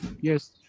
yes